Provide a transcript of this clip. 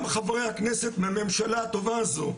גם חברי הכנסת מהממשלה הטובה הזאת,